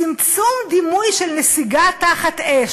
צמצום דימוי של נסיגה תחת אש.